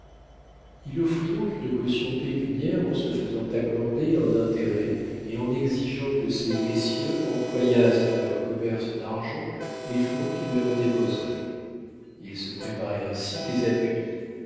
il offrit donc une caution pécuniaire en se faisant accorder un intérêt et en exigeant que ces messieurs employassent dans leur commerce d'argent les fonds qu'il leur déposerait il se préparait ainsi des appuis